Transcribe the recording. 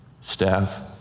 staff